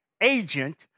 agent